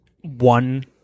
one